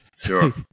Sure